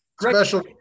Special